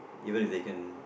even if they can